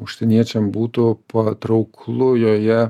užsieniečiam būtų patrauklu joje